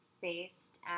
faced